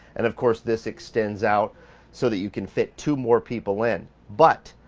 and of course this extends out so that you can fit two more people in. but,